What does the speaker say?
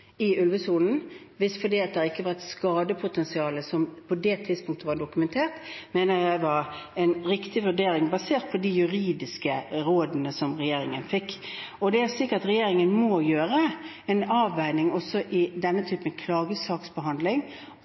i ulvesonen, fordi det ikke var et skadepotensial som på det tidspunktet var dokumentert, mener jeg var en riktig vurdering, basert på de juridiske rådene som regjeringen fikk. Regjeringen må gjøre en avveining, også i denne typen klagesaksbehandling,